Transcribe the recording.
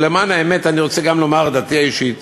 ולמען האמת, אני רוצה גם לומר את דעתי האישית.